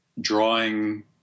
drawing